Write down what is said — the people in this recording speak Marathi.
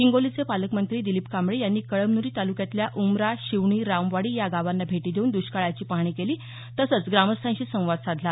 हिंगोलीचे पालकमंत्री दिलीप कांबळे यांनी कळमन्री तालुक्यातल्या उमरा शिवणी रामवाडी या गावांना भेटी देऊन दष्काळाची पाहणी केली तसंच ग्रामस्थांशी संवाद साधला